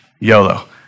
YOLO